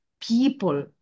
people